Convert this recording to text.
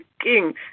king